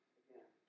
again